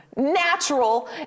Natural